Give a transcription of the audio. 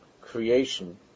creation